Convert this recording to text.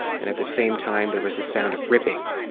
and at the same time, there was the sound of ripping,